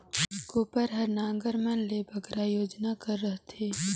कोपर हर नांगर मन ले बगरा ओजन कर रहथे